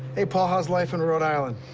hey, paul, how's life in rhode island?